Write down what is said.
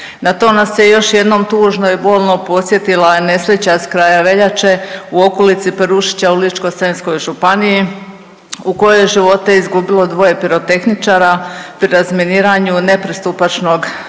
Na to nas je još jednom tužno i bolno podsjetila nesreća s kraja veljače u okolici Perušića u Ličko-senjskoj županiji u kojoj je živote izgubilo dvoje pirotehničara pri razminiranju nepristupačnog